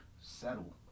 settle